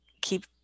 keep